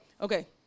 Okay